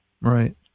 Right